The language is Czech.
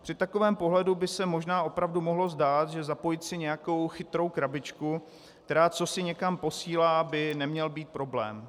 Při takovém pohledu by se možná opravdu mohlo zdát, že zapojit si nějakou chytrou krabičku, která cosi někam posílá, by neměl být problém.